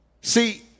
See